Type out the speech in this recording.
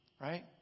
right